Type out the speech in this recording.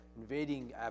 invading